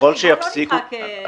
בואו לא נצחק על זה,